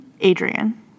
Adrian